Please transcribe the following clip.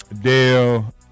Dale